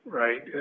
right